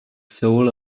soul